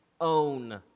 own